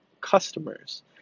customers